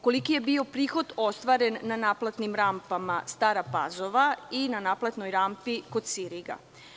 Koliki je bio prihod ostvaren na naplatnim rampama Stara Pazova i na naplatnoj rampi kod Siriga?